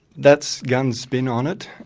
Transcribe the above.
that's gunns spin on it.